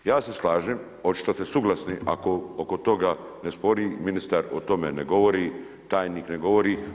Ja se slažem, očito ste suglasni ako oko toga ne spori ministar o tome ne govori, tajnik ne govori.